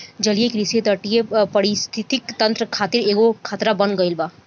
जलीय कृषि तटीय परिस्थितिक तंत्र खातिर एगो खतरा बन गईल बा